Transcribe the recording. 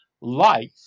life